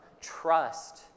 trust